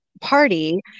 party